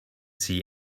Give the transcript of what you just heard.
see